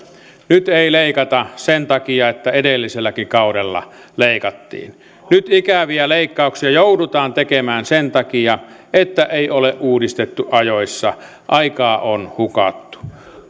nyt ei leikata sen takia että edelliselläkin kaudella leikattiin nyt ikäviä leikkauksia joudutaan tekemään sen takia että ei ole uudistettu ajoissa aikaa on hukattu